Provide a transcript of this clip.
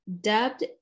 dubbed